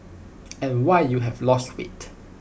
and why you have lost weight